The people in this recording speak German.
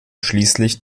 schließlich